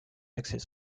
access